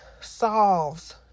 solves